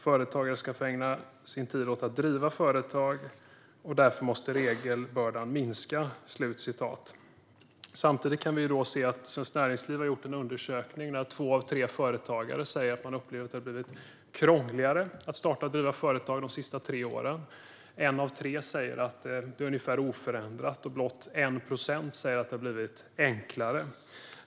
Företagare ska få ägna sin tid åt att driva företag och därför måste regelbördan minska." Samtidigt visar en undersökning som Svenskt Näringsliv gjort att två av tre företagare upplever att det har blivit krångligare att starta och driva företag de senaste tre åren. En av tre säger att det är ungefär oförändrat, och blott 1 procent säger att det har blivit enklare.